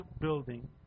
building